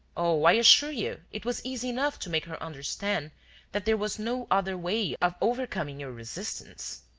oh, i assure you it was easy enough to make her understand that there was no other way of overcoming your resistance!